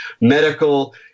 medical